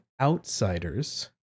Outsiders